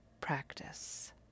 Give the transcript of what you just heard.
practice